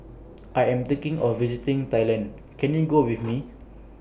I Am thinking of visiting Thailand Can YOU Go with Me